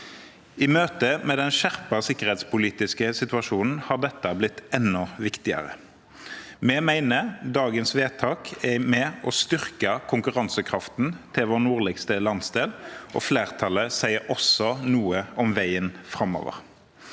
I møte med den skjerpede sikkerhetspolitiske situasjonen har dette blitt enda viktigere. Vi mener at dagens vedtak er med på å styrke konkurransekraften til vår nordligste landsdel, og flertallet sier også noe om veien framover.